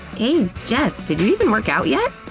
hey jess, did you even work out yet?